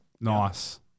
Nice